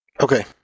Okay